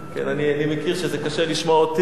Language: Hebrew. אני מכיר שזה קשה לשמוע אותי,